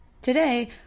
Today